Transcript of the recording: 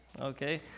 okay